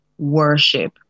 worship